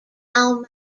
mau